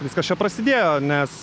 viskas čia prasidėjo nes